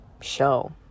show